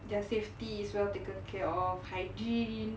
their safety is well taken care of hygiene